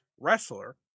wrestler